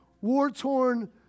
war-torn